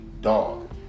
dog